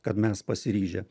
kad mes pasiryžę